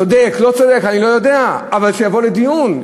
צודק, לא צודק, אני לא יודע, אבל שיבוא לדיון.